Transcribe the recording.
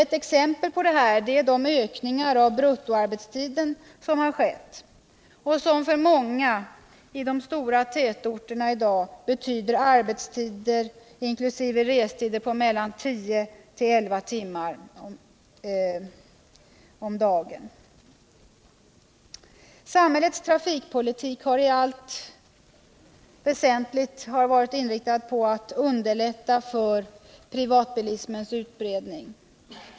Ett exempel på detta är de ökningar av bruttoarbetstiden som skett och som för många i de stora tätorterna i dag betyder arbetstider inkl. restider på mellan tio och elva timmar om dagen. Samhällets trafikpolitik har i allt väsentligt varit inriktad på att underlätta för privatbilismens utbredning.